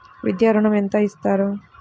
విద్యా ఋణం ఎంత ఇస్తారు?